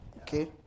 Okay